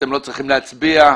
אתם לא צריכים להצביע.